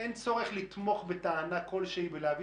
אין צורך לתמוך בטענה כלשהי ולהביא